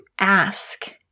ask